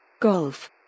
Golf